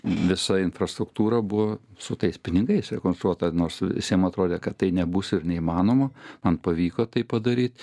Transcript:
visa infrastruktūra buvo su tais pinigais rekonstruota nors visiem atrodė kad tai nebus ir neįmanoma man pavyko tai padaryt